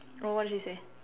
oh what did she say